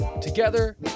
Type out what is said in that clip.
together